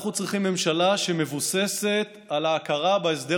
אנחנו צריכים ממשלה שמבוססת על ההכרה בהסדר